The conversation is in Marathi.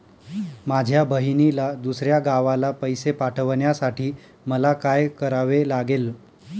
माझ्या बहिणीला दुसऱ्या गावाला पैसे पाठवण्यासाठी मला काय करावे लागेल?